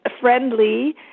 friendly